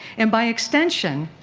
and by extension,